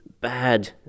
bad